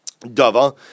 dava